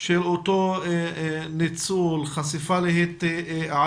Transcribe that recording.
של אותו ניצול, חשיפה להתעללות,